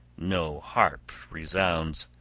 no harp resounds,